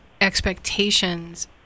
expectations